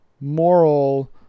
moral